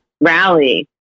rally